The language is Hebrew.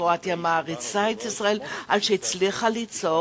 קרואטיה מעריצה את ישראל על שהצליחה ליצור